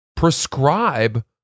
prescribe